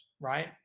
right